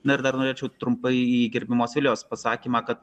na ir dar norėčiau trumpai į gerbaimos vilijos pasakymą kad